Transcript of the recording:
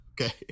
Okay